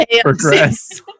progress